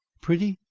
pretty?